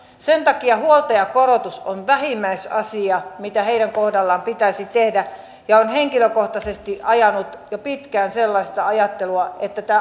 sen takia huoltajakorotus on vähimmäisasia mitä heidän kohdallaan pitäisi tehdä olen henkilökohtaisesti ajanut jo pitkään sellaista ajattelua että tätä